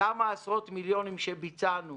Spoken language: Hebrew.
כמה עשרות מיליונים שביצענו